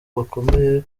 bakomeye